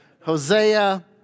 Hosea